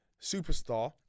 superstar